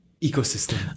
ecosystem